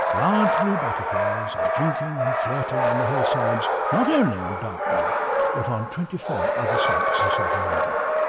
large blue butterflies are jinking and flirting on the hillsides, not only on dartmoor but on twenty four other sites in southern england.